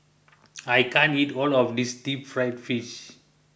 I can't eat all of this Deep Fried Fish